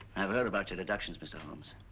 i've heard about your deductions, mr. holmes.